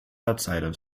outside